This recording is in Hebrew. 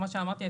כמו שאמרתי,